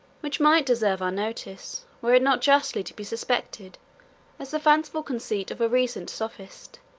which might deserve our notice, were it not justly to be suspected as the fanciful conceit of a recent sophist.